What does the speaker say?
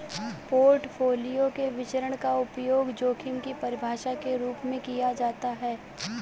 portfolio के विचरण का उपयोग जोखिम की परिभाषा के रूप में किया जाता है